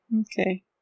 Okay